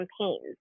campaigns